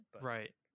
right